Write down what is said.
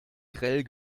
grell